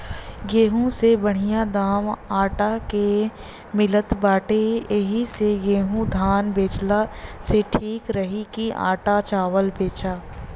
गेंहू से बढ़िया दाम आटा के मिलत बाटे एही से गेंहू धान बेचला से ठीक रही की आटा चावल बेचा